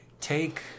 Take